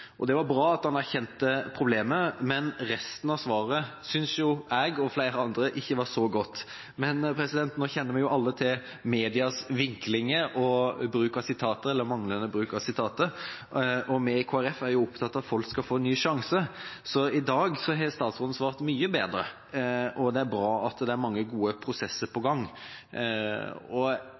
Det var bra at han erkjente problemet, men resten av svaret synes jeg og flere andre ikke var så godt. Men nå kjenner vi alle til medias vinklinger og bruk av sitater eller manglende bruk av sitater, og vi i Kristelig Folkeparti er jo opptatt av at folk skal få en ny sjanse. I dag har statsråden svart mye bedre, og det er bra at det er mange gode prosesser på gang.